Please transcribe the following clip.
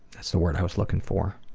so word i was looking for.